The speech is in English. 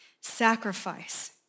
Sacrifice